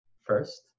first